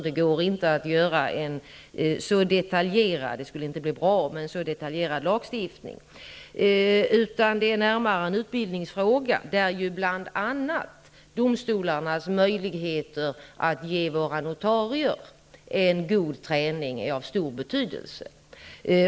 Det går inte att göra en så detaljerad lagstiftning, och det skulle inte bli bra. Det är snarare en utbildningsfråga, där ju bl.a. domstolarnas möjligheter att ge våra notarier en god träning är av stor betydelse.